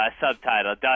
Subtitle